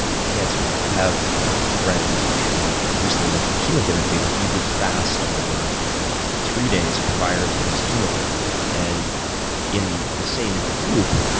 cancer, i have a friend who recently went through chemotherapy, and he would fast for three days prior to his chemotherapy and in the same group,